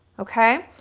okay?